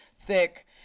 thick